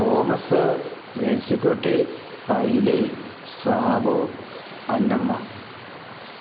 Thomas Mercykutty Paily Sabu Annamma